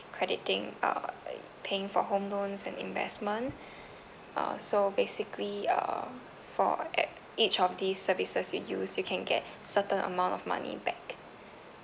crediting uh paying for home loans and investment uh so basically uh for at each of these services you use you can get certain amount of money back